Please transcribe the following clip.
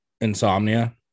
insomnia